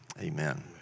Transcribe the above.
Amen